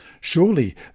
Surely